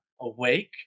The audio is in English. awake